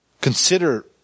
Consider